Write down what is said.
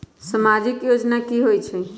समाजिक योजना की होई छई?